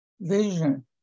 vision